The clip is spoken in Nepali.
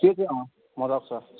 त्यही त फरक छ